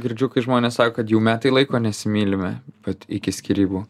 girdžiu kai žmonės sako kad jau metai laiko nesimylime vat iki skyrybų